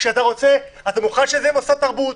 אתה מוכן שזה יהיה מוסד תרבות,